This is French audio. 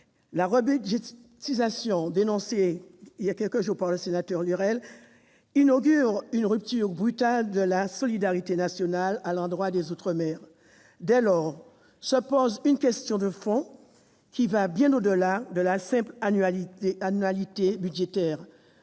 « rebudgétisation » dénoncée il y a quelques jours par le sénateur Lurel inaugurent une rupture brutale de la solidarité nationale à l'endroit des outre-mer. Dès lors se pose une question de fond, qui va bien au-delà de la simple annualité budgétaire